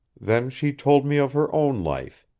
then she told me of her own life,